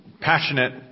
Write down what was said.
passionate